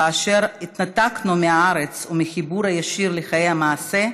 כאשר התנתקנו מהארץ ומהחיבור הישיר לחיי המעשה,